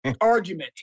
argument